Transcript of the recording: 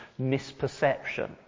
misperception